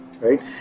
right